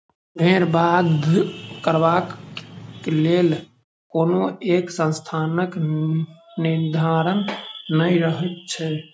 भेंड़ बध करबाक लेल कोनो एक स्थानक निर्धारण नै रहैत छै